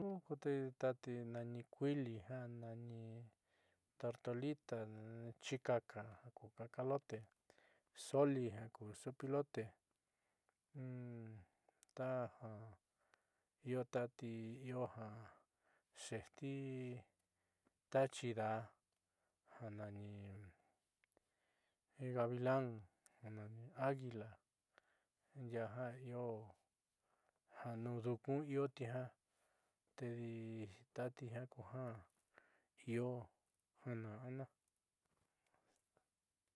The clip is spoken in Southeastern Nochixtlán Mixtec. Kute tati nana kuiili, tortolita, chikaka ku cacalote zoli jaku zopilote taja io tati io ja xeejti ta chiida'a ja nani gavilan ja nani águila ndia'a jiaa io jo nuun duunku iotijiaa tedi tati jiaa kuja io jaa na'anna.